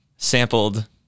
Sampled